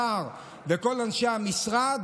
השר וכל אנשי המשרד,